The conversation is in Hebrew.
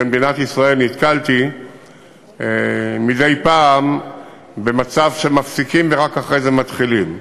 במדינת ישראל נתקלתי מדי פעם במצב שמפסיקים ורק אחרי זה מתחילים.